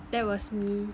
that was me